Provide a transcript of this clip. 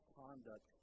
conduct